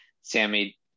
Sammy